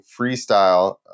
freestyle